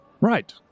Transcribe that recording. Right